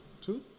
Two